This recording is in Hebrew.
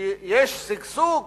וכשיש שגשוג